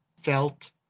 felt